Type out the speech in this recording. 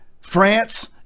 France